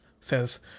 says